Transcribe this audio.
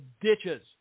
ditches